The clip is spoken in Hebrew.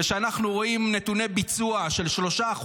וכשאנחנו רואים נתוני ביצוע של 3%,